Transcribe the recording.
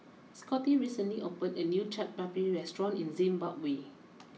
Scotty recently opened a new Chaat Papri restaurant in Zimbabwe